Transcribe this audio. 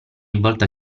volta